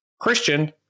Christian